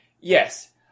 yes